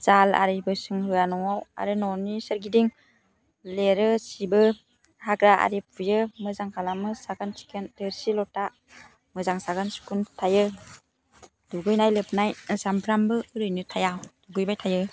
जाल आरिबो सोंहोआ न'आव आरो न'नि सोरगिदिं लेरो सिबो हाग्रा आरि फुयो मोजां खालामो साखोन सिखोन थोरसि ल'था मोजां साखोन सिखोन थायो दुगैनाय लोबनाय सामफ्रामबो ओरैनो थाया दुगैबाय थायो